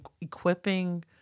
equipping